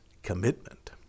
Commitment